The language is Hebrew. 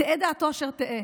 תהא דעתו אשר תהא,